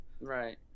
Right